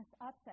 upset